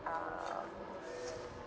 um